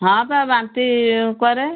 ହଁ ବା ବାନ୍ତି କରେ